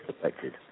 affected